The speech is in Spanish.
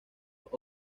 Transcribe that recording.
los